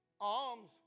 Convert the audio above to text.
alms